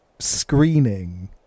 screening